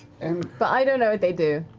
and but i don't know what they do.